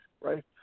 right